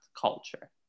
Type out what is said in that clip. culture